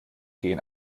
gehen